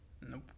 Nope